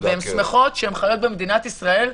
הן שמחות שהן חיות במדינת ישראל.